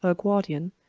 ah guardian,